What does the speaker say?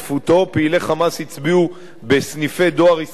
פעילי "חמאס" הצביעו בסניפי דואר ישראל כאן,